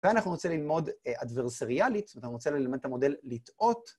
ואנחנו נרצה ללמוד אדברסריאלית, אנחנו נרצה ללמד את המודל לטעות.